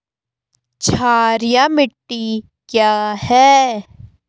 क्षारीय मिट्टी क्या है?